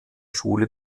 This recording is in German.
schule